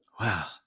Wow